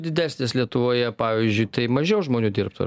didesnės lietuvoje pavyzdžiui tai mažiau žmonių dirbtų